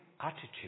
attitude